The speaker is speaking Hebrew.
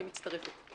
אני מצטרפת,